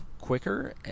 quicker